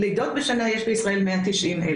לידות בשנה יש רק 190,000,